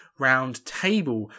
Roundtable